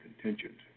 contingent